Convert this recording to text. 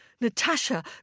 Natasha